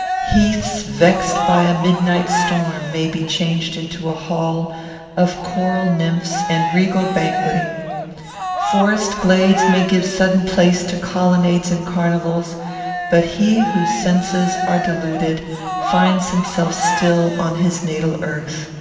heaths vexed by a midnight storm may be changed into a hall of choral nymphs and regal banqueting forest glades may give sudden place to colonnades and carnivals but he whose senses are deluded finds himself still on his natal earth.